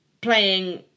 playing